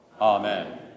Amen